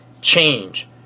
Change